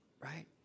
Right